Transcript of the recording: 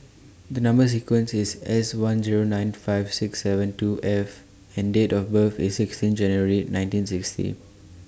The Number sequence IS S one Zero nine five six seven two F and Date of birth IS sixteen January nineteen sixty